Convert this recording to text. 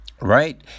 Right